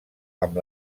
amb